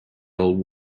old